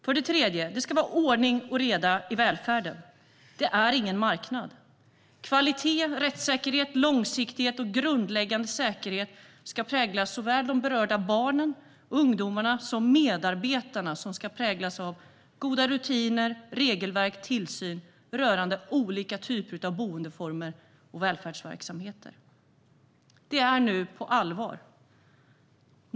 För det tredje ska det vara ordning och reda i välfärden. Det är ingen marknad. Kvalitet, rättssäkerhet, långsiktighet och grundläggande säkerhet ska prägla såväl de berörda barnen och ungdomarna som medarbetarna. Det ska präglas av goda rutiner, regelverk och tillsyn rörande olika typer av boendeformer och välfärdsverksamheter. Det är nu på allvar.